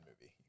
movie